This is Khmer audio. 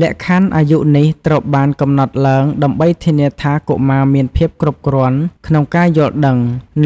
លក្ខខណ្ឌអាយុនេះត្រូវបានកំណត់ឡើងដើម្បីធានាថាកុមារមានភាពគ្រប់គ្រាន់ក្នុងការយល់ដឹង